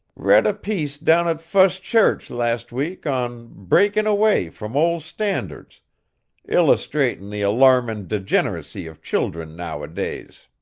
read a piece down at fust church last week on breakin away from old standards illustratin' the alarmin' degen'racy of children nowadays.